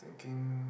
thinking